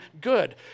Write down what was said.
good